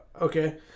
Okay